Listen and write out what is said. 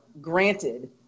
granted